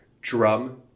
drum